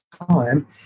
time